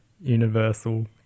universal